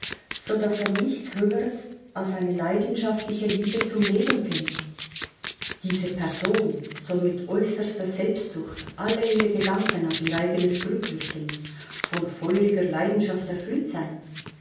sind sodaß er nichts höheres als eine leidenschaftliche liebe zum leben kennt diese person soll mit äußerster selbstsucht alle ihre gedanken auf ihr eigenes glück richten von feuriger leidenschaft erfüllt sein